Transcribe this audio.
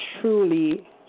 truly